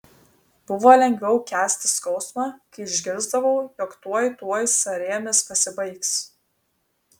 buvo lengviau kęsti skausmą kai išgirsdavau jog tuoj tuoj sąrėmis pasibaigs